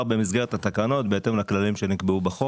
במסגרת התקנות בהתאם לכללים שנקבעו בחוק.